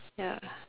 ya